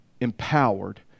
empowered